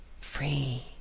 free